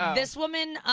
this woman,